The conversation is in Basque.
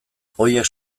horiek